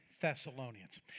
Thessalonians